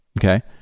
Okay